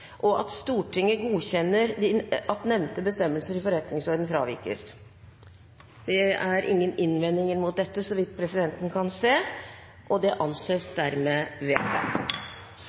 og at Stortinget godkjenner at nevnte bestemmelse i forretningsordenen fravikes. Det er så vidt presidenten kan se, ingen innvendinger mot dette, og det anses dermed vedtatt.